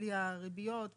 בלי הריביות,